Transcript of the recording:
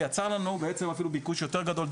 זה יצר לנו בעצם אפילו ביקוש יותר גדול,